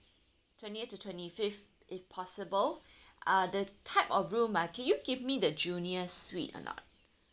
twentieth to twenty fifth if possible uh the type of room ah can you give me the junior suite or not